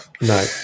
No